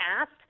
asked